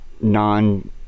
non